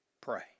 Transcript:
pray